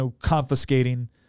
confiscating